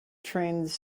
trains